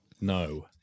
No